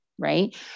right